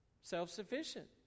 Self-sufficient